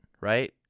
right